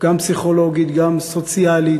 גם פסיכולוגית, גם סוציאלית,